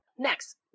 Next